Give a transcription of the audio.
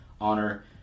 honor